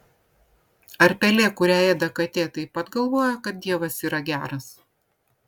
ar pelė kurią ėda katė taip pat galvoja kad dievas yra geras